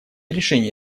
решения